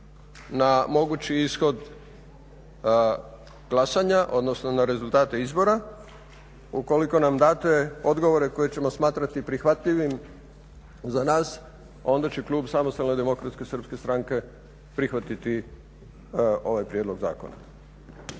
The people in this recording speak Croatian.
na mogući ishod glasanja odnosno na rezultate izbora ukoliko nam date odgovore koje ćemo smatrati prihvatljivim za nas, onda će Klub Samostalne demokratske srpske stranke prihvatiti ovaj prijedlog zakona.